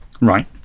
right